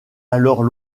alors